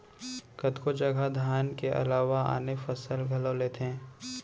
कतको जघा धान के अलावा आने फसल घलौ लेथें